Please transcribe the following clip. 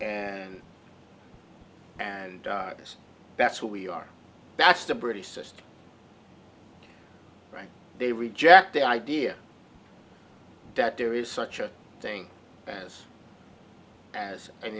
lust and that's what we are that's the british system right they reject the idea that there is such a thing as as an